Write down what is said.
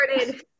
started